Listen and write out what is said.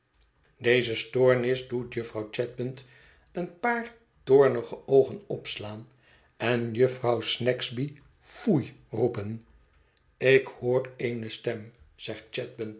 deze stoornis doet jufvrouw chadband een paar toornige oogen opslaan en jufvrouw snagsby foei roepen ik hoor eene stem zegt